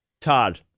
Todd